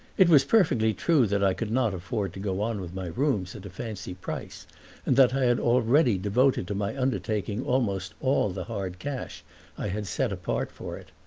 it was perfectly true that i could not afford to go on with my rooms at a fancy price and that i had already devoted to my undertaking almost all the hard cash i had set apart for it.